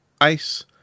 Ice